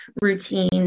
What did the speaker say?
routine